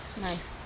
Nice